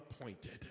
appointed